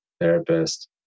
therapist